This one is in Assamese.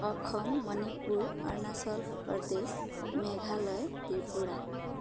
অসম মণিপুৰ অৰুণাচল প্ৰদেশ মেঘালয় ত্ৰিপুৰা